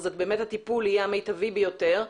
הטיפול יהיה המיטבי ביותר.